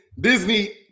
Disney